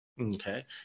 Okay